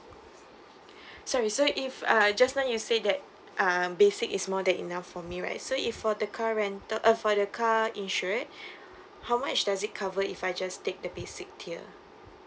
sorry so if uh just now you said that um basic is more than enough for me right so if for the car rental uh for the car insured how much does it cover if I just take the basic tier